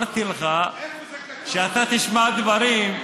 אמרתי לך שאתה תשמע דברים.